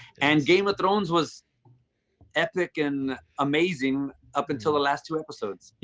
and game of thrones was epic and amazing up until the last two episodes. yeah,